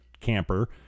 camper